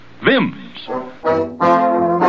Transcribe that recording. VIMS